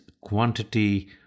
quantity